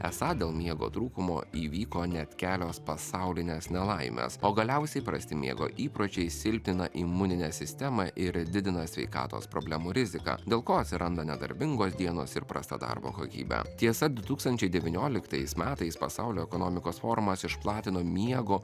esą dėl miego trūkumo įvyko net kelios pasaulinės nelaimės o galiausiai prasti miego įpročiai silpnina imuninę sistemą ir didina sveikatos problemų riziką dėl ko atsiranda nedarbingos dienos ir prasta darbo kokybė tiesa du tūkstančiai devynioliktais metais pasaulio ekonomikos forumas išplatino miego